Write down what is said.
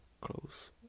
close